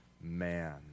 man